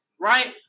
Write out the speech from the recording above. right